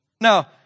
Now